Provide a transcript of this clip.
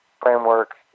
framework